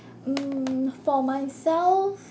mm for myself